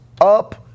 up